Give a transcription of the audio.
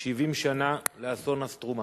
70 שנה לאסון "סטרומה".